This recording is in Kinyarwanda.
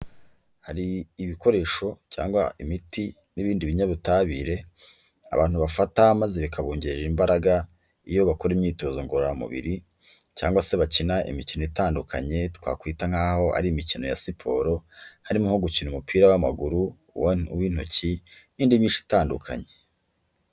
Hari ibikoresho cyangwa imiti n'ibindi binyabutabire abantu bafata maze bikabongerera imbaraga, iyo bakora imyitozo ngororamubiri cyangwa se bakina imikino itandukanye twakwita nk'aho ari imikino ya siporo, harimo nko gukina umupira w'amaguru, uw'intoki n'indi minshi itandukanye.